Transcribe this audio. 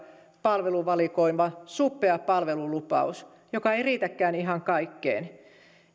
palveluvalikoima suppea palvelulupaus joka ei riitäkään ihan kaikkeen